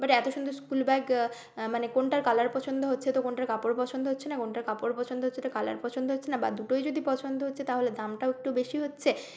but এতো সুন্দর school bag মানে কোনোটার কালার পছন্দ হচ্ছে তো কোনোটার কাপড় পছন্দ হচ্ছে না কোনোটার কাপড় পছন্দ হচ্ছে তো কালার পছন্দ হচ্ছে না বা দুটোই যদি পছন্দ হচ্ছে তাহলে দামটাও একটু বেশি হচ্ছে